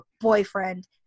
boyfriend